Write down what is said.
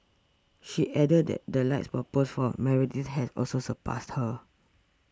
he added that the likes per post for Meredith has also surpassed hers